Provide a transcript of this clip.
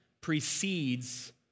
precedes